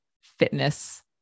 fitness